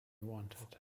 wanted